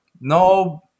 No